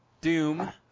Doom